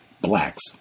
blacks